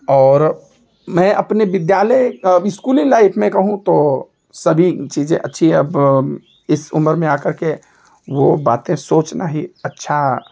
और मैं अपने विद्यालय स्कूली लाइफ में कहूँ तो सभी चीज अच्छी है अब इस उम्र में आ करके वो बातें सोचना ही अच्छा